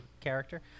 character